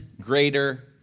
greater